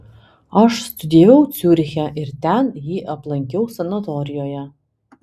aš studijavau ciuriche ir ten jį aplankiau sanatorijoje